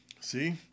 See